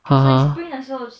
(uh huh)